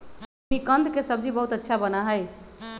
जिमीकंद के सब्जी बहुत अच्छा बना हई